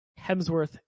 Hemsworth